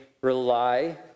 rely